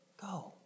go